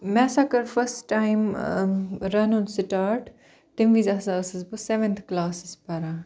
مےٚ ہَسا کٔر فٔرسٹہٕ ٹایم ٲں رَنُن سِٹارٹ تَمہِ وِزِۍ ہَسا ٲسٕس بہٕ سیٛوَنتھہٕ کلاسَس پَران